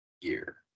year